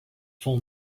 full